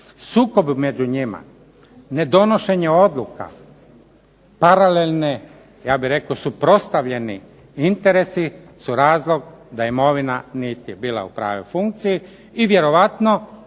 Sukob među njima, ne donošenje odluka, paralelne, ja bih rekao suprotstavljeni interesi, su razlog da imovina niti je bila u pravoj funkciji i vjerojatno